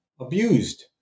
abused